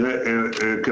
אני